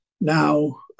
now